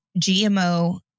GMO